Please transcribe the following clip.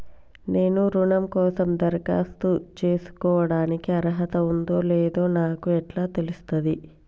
నేను రుణం కోసం దరఖాస్తు చేసుకోవడానికి అర్హత ఉందో లేదో నాకు ఎట్లా తెలుస్తది?